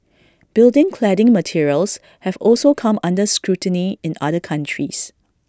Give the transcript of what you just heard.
building cladding materials have also come under scrutiny in other countries